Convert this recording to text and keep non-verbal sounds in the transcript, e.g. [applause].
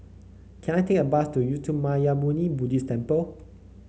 can I take a bus to Uttamayanmuni [noise] Buddhist Temple